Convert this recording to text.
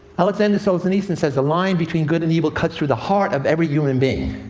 aleksandr solzhenitsyn says, the line between good and evil cuts through the heart of every human being.